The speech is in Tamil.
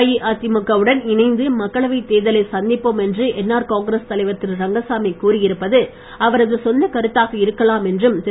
அஇஅதிமுக வுடன் இணைந்து மக்களவைத் தேர்தலை சந்திப்போம் என்று என்ஆர் காங்கிரஸ் தலைவர் திரு ரங்கசாமி கூறியிருப்பது அவரது சொந்தக் கருத்தாக இருக்கலாம் என்றும் திரு